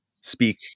speak